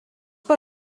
per